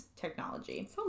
technology